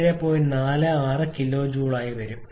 46 kJ ആയി വരും